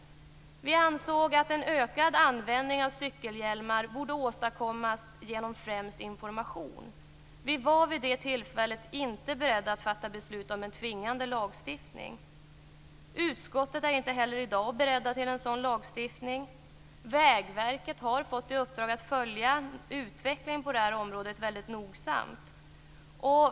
Vi ansåg att en ökad användning av cykelhjälmar borde åstadkommas genom främst information. Vi var vid det tillfället inte beredda att fatta beslut om en tvingande lagstiftning. Utskottet är i dag inte heller berett till en sådan lagstiftning. Vägverket har fått i uppdrag att nogsamt följa utvecklingen på detta område.